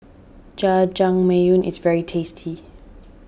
Jajangmyeon is very tasty